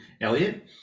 Elliot